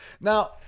Now